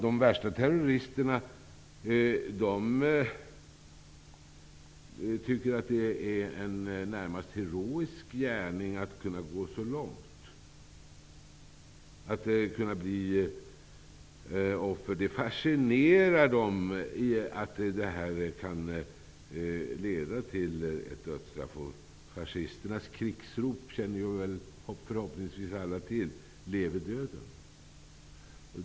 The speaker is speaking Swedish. De värsta terroristerna tycker närmast att det är en heroisk gärning att kunna gå så långt, dvs. att kunna bli offer. Det fascinerar dem i stället att gärningen kan leda till ett dödsstraff. Fascisternas krigsrop känner förhoppningsvis alla till: Leve döden!